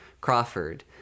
Crawford